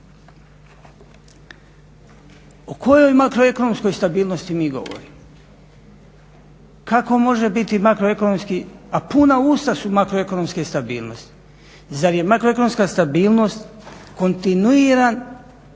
O kojoj makroekonomskoj stabilnosti mi govorimo? Kako može biti makroekonomski, a puna usta su makroekonomske stabilnosti. Zar je makroekonomska stabilnost kontinuiran